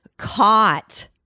Caught